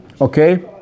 Okay